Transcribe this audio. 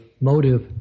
motive